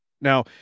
Now